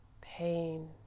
pain